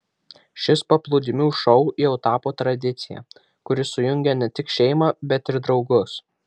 šis paplūdimių šou jau tapo tradicija kuri sujungia ne tik šeimą bet ir draugus